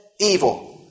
evil